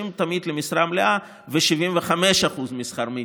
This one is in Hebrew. תמיד למשרה מלאה ו-75% משכר מינימום.